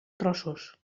trossos